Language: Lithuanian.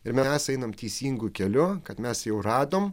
ir mes einam teisingu keliu kad mes jau radome